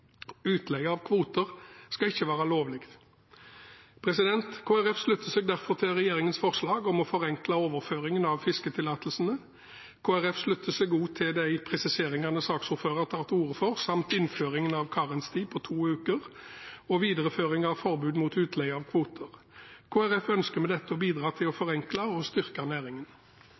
Utleie av kvoter skal ikke være lovlig. Kristelig Folkeparti slutter seg derfor til regjeringens forslag om å forenkle overføringen av fisketillatelsene. Kristelig Folkeparti slutter seg også til de presiseringene saksordføreren tok til orde for – samt innføringen av karantenetid på to uker og videreføring av forbud mot utleie av kvoter. Kristelig Folkeparti ønsker med dette å bidra til å